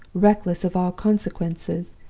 reckless of all consequences,